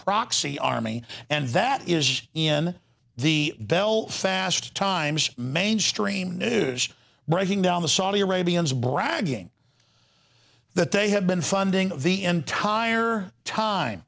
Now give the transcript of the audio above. proxy army and that is in the belfast times mainstream news breaking down the saudi arabians bragging that they have been funding the entire time